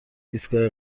ایستگاه